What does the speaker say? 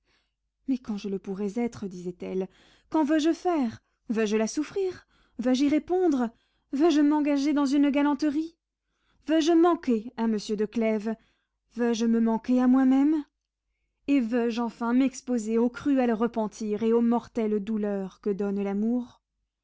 mais quand je le pourrais être disait-elle qu'en veux-je faire veux-je la souffrir veux-je y répondre veux-je m'engager dans une galanterie veux-je manquer à monsieur de clèves veux-je me manquer à moi-même et veux-je enfin m'exposer aux cruels repentirs et aux mortelles douleurs que donne l'amour